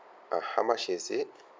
uh how much is it